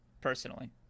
personally